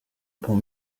pont